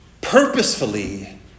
purposefully